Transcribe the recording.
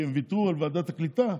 הם ויתרו על ועדת הקליטה,